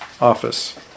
office